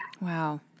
wow